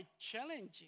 challenging